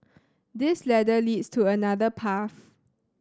this ladder leads to another path